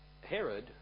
Herod